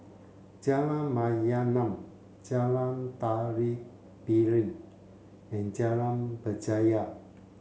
Jalan Mayaanam Jalan Tari Piring and Jalan Berjaya